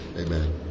Amen